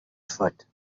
foot